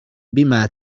بما